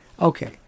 Okay